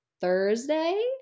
Thursday